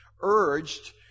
urged